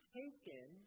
taken